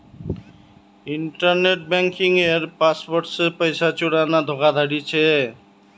internet बन्किंगेर password से पैसा चुराना धोकाधाड़ी छे